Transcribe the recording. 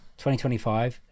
2025